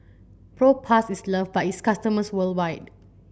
Propass is love by its customers worldwide